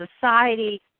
society